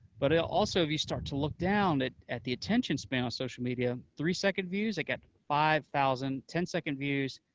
but also, if you start to look down at at the attention span on social media, three second views. it got five thousand ten second views,